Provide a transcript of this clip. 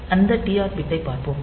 அந்த டிஆர் பிட்டைப் பார்ப்போம்